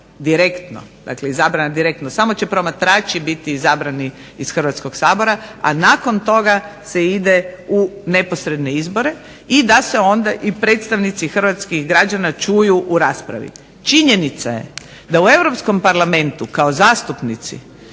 direktno. Dakle, izabrana direktno. Samo će promatrači biti izabrani iz Hrvatskog sabora, a nakon toga se ide u neposredne izbore i da se onda i predstavnici hrvatskih građana čuju u raspravi. Činjenica je da u Europskom parlamentu kao zastupnici